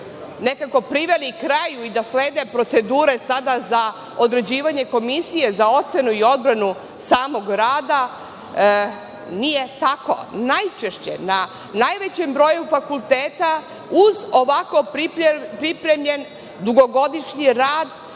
nekako priveli kraju i da slede procedure sada za određivanje komisije za ocenu i odbranu samog rada, nije tako. Najčešće, na najvećem broju fakulteta, uz ovako pripremljen dugogodišnji rad,